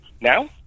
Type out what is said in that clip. Now